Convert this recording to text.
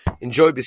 enjoy